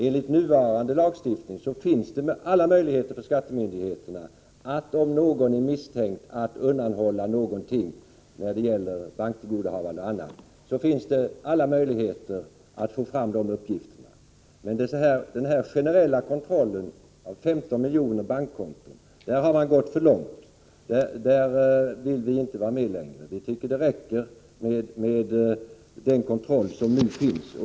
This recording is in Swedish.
Enligt nuvarande lagstiftning finns alla möjligheter för skattemyndigheterna att få fram behövliga uppgifter om banktillgodohavanden för den som är misstänkt för att undanhålla skatt. Men när det gäller en generell kontroll av 15 miljoner bankkonton har man gått för långt. Där vill vi inte vara med längre. Vi tycker att det räcker med den kontrollmöjlighet som nu finns.